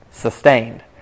Sustained